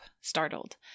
startled